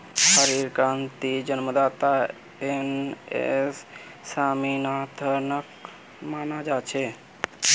हरित क्रांतिर जन्मदाता एम.एस स्वामीनाथनक माना जा छे